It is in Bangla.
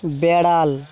বেড়াল